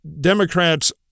Democrats